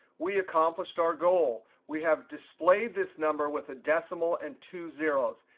we accomplished our goal. we have displayed this number with a decimal and two zeros.